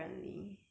!huh!